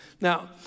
Now